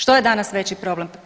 Što je danas veći problem?